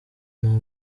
nta